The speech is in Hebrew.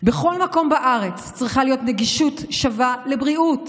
בכל מקום בארץ צריכה להיות גישה שווה לבריאות